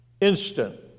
instant